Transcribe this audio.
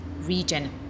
region